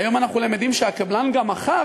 היום אנחנו למדים שהקבלן גם מכר,